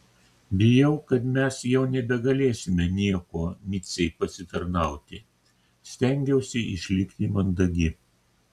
bijau kad mes jau nebegalėsime niekuo micei pasitarnauti stengiausi išlikti mandagi